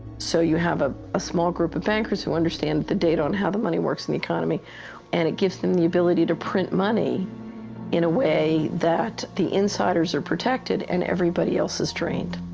so you have ah a small group of bankers, who understand the the data on how money works in the economy and it gives them the ability to print money in a way that the insiders are protected and everybody else is drained.